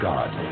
God